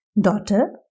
Daughter